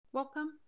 Welcome